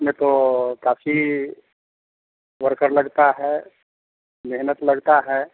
इसमें तो काफ़ी वर्कर लगता है मेहनत लगता है